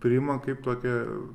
priima kaip tokią